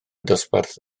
dosbarth